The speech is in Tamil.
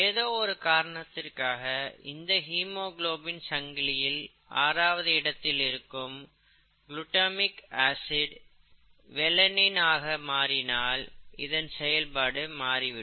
ஏதோ ஒரு காரணத்திற்காக இந்த ஹீமோகுளோபின் சங்கிலியில் ஆறாவது இடத்தில் இருக்கும் குளுடமிக் ஆசிட் வேலைன் ஆக மாறினால் இதன் செயல்பாடு மாறிவிடும்